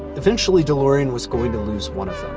eventually delorean was going to lose one of